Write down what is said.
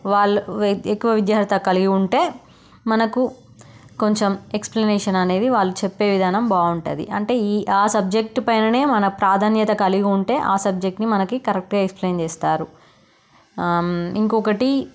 వాళ్ళు ఎక్కువ విద్యా అర్హత కలిగి ఉంటే మనకు కొంచెం ఎక్స్ప్లనేషన్ అనేది వాళ్ళు చెప్పే విధానం బాగుంటుంది అంటే ఈ ఆ సబ్జెక్ట్ పైననే మన ప్రాధాన్యత కలిగి ఉంటే ఆ సబ్జెక్టుని మనకి కరెక్ట్గా ఎక్స్ప్లెయిన్ చేస్తారు ఇంకొకటి